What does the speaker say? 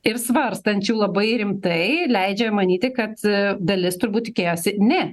ir svarstančių labai rimtai leidžia manyti kad dalis turbūt tikėjosi ne